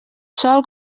sol